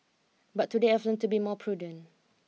but today I've to be more prudent